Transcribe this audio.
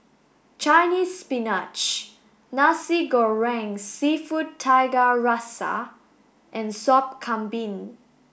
Chinese spinach Nasi Goreng seafood Tiga Rasa and Sop Kambing